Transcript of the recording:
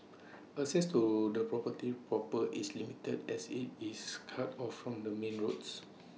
access to the property proper is limited as IT is cut off from the main roads